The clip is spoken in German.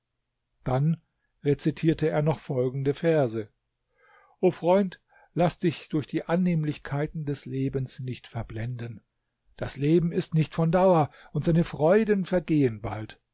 dann rezitierte er noch folgende verse o freund laß dich durch die annehmlichkeiten des lebens nicht verblenden das leben ist nicht von dauer und seine freuden vergehen bald